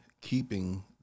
keeping